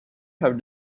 have